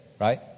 Right